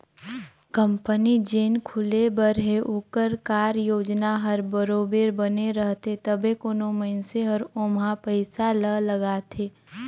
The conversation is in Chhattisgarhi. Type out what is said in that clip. कंपनी जेन खुले बर हे ओकर कारयोजना हर बरोबेर बने रहथे तबे कोनो मइनसे हर ओम्हां पइसा ल लगाथे